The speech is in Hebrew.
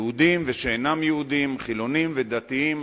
יהודים ושאינם יהודים, חילונים ודתיים.